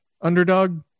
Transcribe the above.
underdog